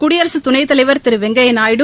குடியரசு துணைத் தலைவர் திரு வெங்கப்யா நாயுடு